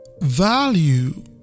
Value